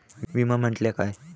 विमा म्हटल्या काय?